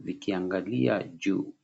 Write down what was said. vikiangalia juu.